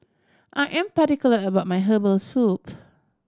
I am particular about my herbal soup